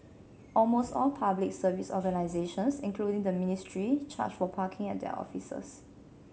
almost all Public Service organisations including the ministry charge for parking at their offices